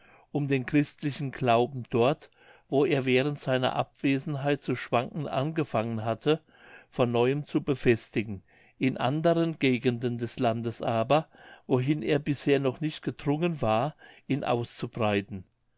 um den christlichen glauben dort wo er während seiner abwesenheit zu schwanken angefangen hatte von neuem zu befestigen in anderen gegenden des landes aber wohin er bisher noch nicht gedrungen war ihn auszubreiten